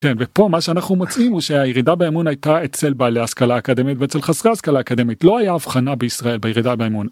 ופה מה שאנחנו מוצאים הוא שהירידה באמון הייתה אצל בעלי השכלה האקדמית ואצל חסרי השכלה האקדמית לא היה הבחנה בישראל בירידה באמון.